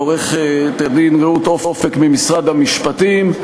לעו"ד רעות אופק ממשרד המשפטים.